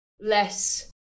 less